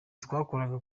twakoraga